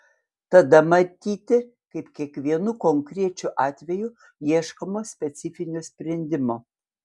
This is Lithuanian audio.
tada matyti kaip kiekvienu konkrečiu atveju ieškoma specifinio sprendimo